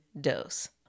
dose